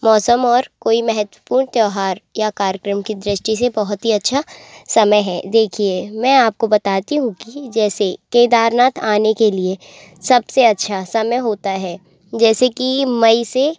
मौसम और कोई महत्वपूर्ण त्योहार या कार्यक्रम की दृष्टि से बहुत ही अच्छा समय है देखिए मैं आपको बताती हूँ कि जैसे केदारनाथ आने के लिए सबसे अच्छा समय होता है जैसे कि मई से